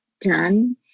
done